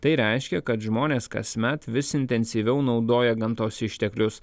tai reiškia kad žmonės kasmet vis intensyviau naudoja gamtos išteklius